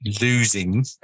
losing